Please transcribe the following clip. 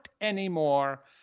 anymore